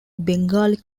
bengali